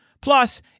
Plus